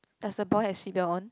does the boy has seat belt on